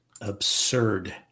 absurd